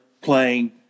playing